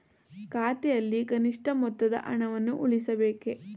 ಖಾತೆಯಲ್ಲಿ ಕನಿಷ್ಠ ಮೊತ್ತದ ಹಣವನ್ನು ಉಳಿಸಬೇಕೇ?